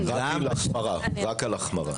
רק על החמרה.